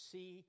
See